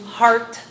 heart